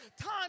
time